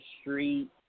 street